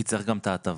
כי צריך גם את ההטבה.